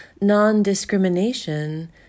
non-discrimination